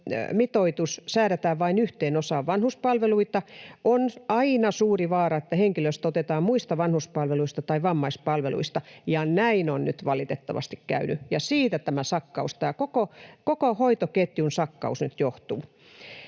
säädetään vain yhteen osaan vanhuspalveluita, on aina suuri vaara, että henkilöstö otetaan muista vanhuspalveluista tai vammaispalveluista, ja näin on nyt valitettavasti käynyt, ja siitä tämä sakkaus, tämä koko hoitoketjun sakkaus, nyt johtuu.